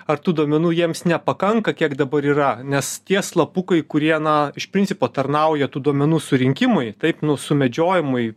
ar tų duomenų jiems nepakanka kiek dabar yra nes tie slapukai kurie na iš principo tarnauja tų duomenų surinkimui taip nu sumedžiojimui